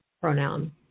pronoun